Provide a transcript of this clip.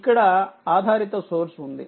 ఇక్కడ ఆధారిత సోర్స్ ఉంది